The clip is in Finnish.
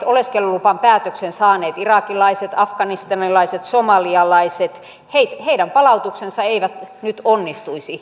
oleskelulupapäätöksen saaneiden irakilaisten afganistanilaisten somalialaisten palautus ei nyt onnistuisi